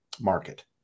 market